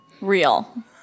Real